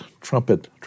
trumpet